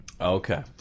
Okay